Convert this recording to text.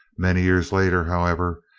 many years later, however,